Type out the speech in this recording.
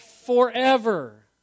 Forever